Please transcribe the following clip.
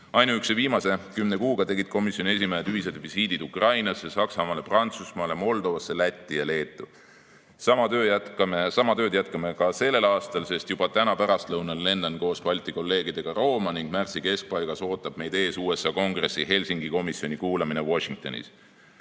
viimase kümne kuuga tegid komisjoni esimehed ühised visiidid Ukrainasse, Saksamaale, Prantsusmaale, Moldovasse, Lätti ja Leetu. Sama tööd jätkame ka sellel aastal. Juba täna pärastlõunal lendan koos Balti kolleegidega Rooma ning märtsi keskpaigas ootab meid ees USA Kongressi Helsingi komisjoni kuulamine Washingtonis. Riigikogu